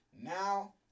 Now